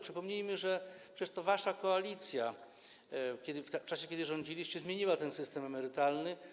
Przypomnijmy, że przecież to wasza koalicja w czasie, kiedy rządziliście, zmieniła ten system emerytalny.